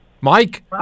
Mike